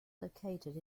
located